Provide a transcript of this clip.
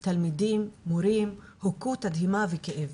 תלמידים, מורים, הוכו תדהמה וכאב.